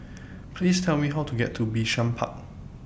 Please Tell Me How to get to Bishan Park